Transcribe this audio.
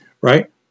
right